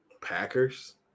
Packers